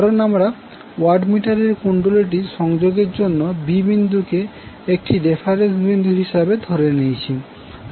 কারন আমরা watt meter এর কুণ্ডলীটি সংযোগের জন্য b বিন্দুকে একটি রেফারেন্স বিন্দু হিসাবে ধরে নিয়েছি